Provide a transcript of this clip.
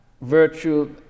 virtue